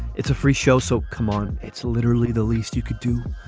it's a free show, so come on. it's literally the least you could do.